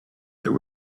there